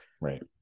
right